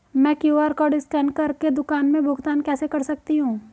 मैं QR code scan कर के दुकान में भुगतान कैसे कर सकती हूँ?